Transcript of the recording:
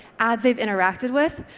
ads they've interacted with,